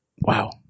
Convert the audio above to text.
Wow